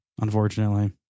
Unfortunately